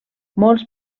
molts